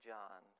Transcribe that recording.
John